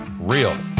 Real